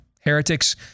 heretics